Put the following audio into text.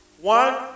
One